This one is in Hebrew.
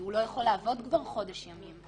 כי הוא לא יכול לעבוד כבר חודש ימים.